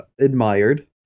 admired